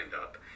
up